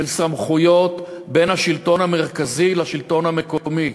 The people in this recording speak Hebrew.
סמכויות בין השלטון המרכזי לשלטון המקומי,